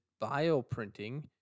bioprinting